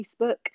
Facebook